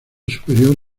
superior